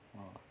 uh